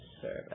service